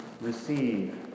receive